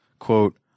quote